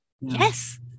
Yes